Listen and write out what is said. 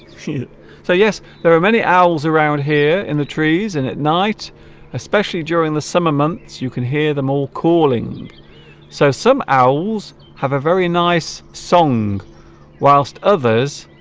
so yes there are many owls around here in the trees and at night especially during the summer months you can hear them all calling so some owls have a very nice song whilst others